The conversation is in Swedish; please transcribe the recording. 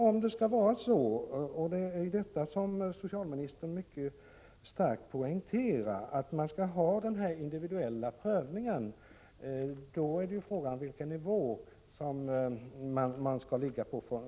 Om det sedan skall vara en individuell prövning — en sak som socialministern starkt poängterar — måste man ju fastställa vilken nivå man skall utgå från.